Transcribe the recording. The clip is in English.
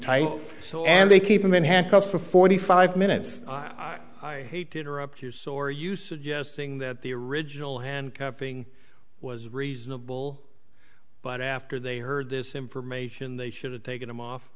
tight and they keep him in handcuffs for forty five minutes i hate to interrupt you so are you suggesting that the original handcuffing was reasonable but after they heard this information they should have taken him off